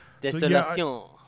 Desolation